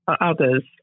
others